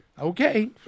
Okay